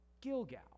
Gilgal